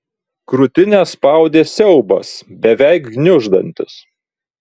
krūtinę spaudė siaubas beveik gniuždantis